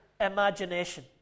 imagination